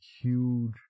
huge